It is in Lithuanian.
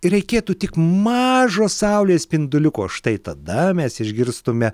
reikėtų tik mažo saulės spinduliuko štai tada mes išgirstume